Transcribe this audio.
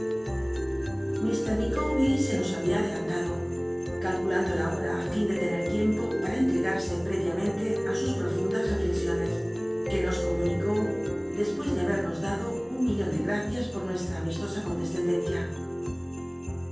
licawlloi se nos habia adelantado calculando la hom ti fin de lene tiempo para en tcgarse préviamcnlc ü sus profundas reflexiones que nos comunicó dcspucs de habernos dado un millon de gacias por nuestra amistosa condescendencia